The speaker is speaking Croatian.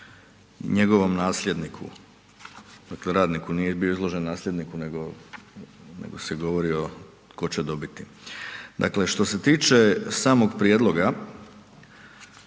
njegovom nasljedniku. Dakle radnik, nije bio izložen nasljedniku nego se govori o tko će dobiti. Dakle, što se tiče samog prijedloga,